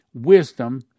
wisdom